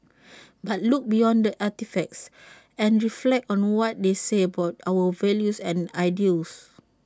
but look beyond the artefacts and reflect on what they say about our values and ideals